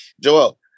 Joel